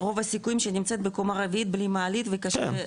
רוב הסיכויים שהיא נמצאת בקומה רביעית בלי מעלית וקשה,